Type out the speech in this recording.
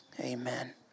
Amen